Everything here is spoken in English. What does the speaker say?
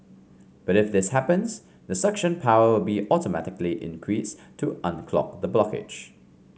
but if this happens the suction power will be automatically increased to unclog the blockage